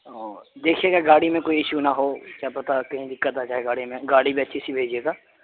اور دیکھیے گا گاڑی میں کوئی ایشو نہ ہو کیا پتہ کہیں دقت آ جائے گاڑی میں گاڑی بھی اچھی سی بھیجیے گا